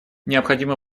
необходимо